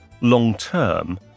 long-term